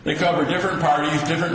they cover different